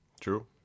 True